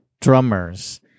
drummers